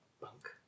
bunk